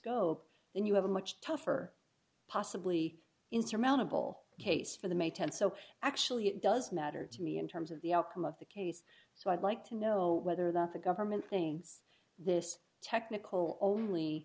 and you have a much tougher possibly insurmountable case for the may th so actually it does matter to me in terms of the outcome of the case so i'd like to know whether that the government things this technical only